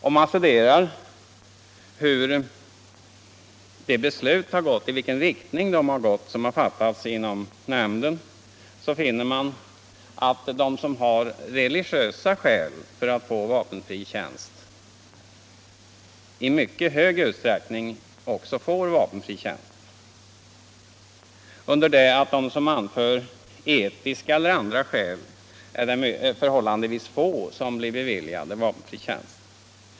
Om man studerar i vilken riktning de beslut gått som har fattats inom nämnden, så finner man att de som har religiösa skäl för att få vapenfri tjänst i mycket stor utsträckning också får vapenfri tjänst. Bland dem som anför etiska eller andra skäl är det förhållandevis få som beviljas vapenfri tjänst.